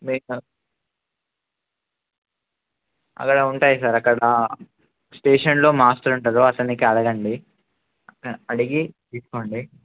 మీరు అక్కడ ఉంటాయి సార్ అక్కడ స్టేషన్లో మాస్టర్ ఉంటారు అతనికికి అడగండి అడిగి తీసుకోండి